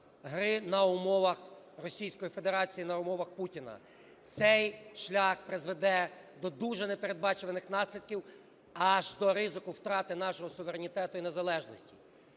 гри на умовах Російської Федерації, на умовах Путіна. Цей шлях призведе до дуже не передбачуваних наслідків, аж до ризику втрати нашого суверенітету і незалежності,